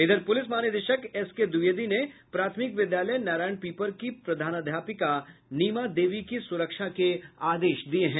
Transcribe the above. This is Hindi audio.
इधर पुलिस महानिदेशक एसके द्विवेदी ने प्राथमिक विद्यालय नारायण पीपर की प्रधानाध्यापिका नीमा देवी की सुरक्षा के आदेश दिये हैं